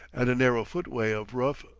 and a narrow footway of rough,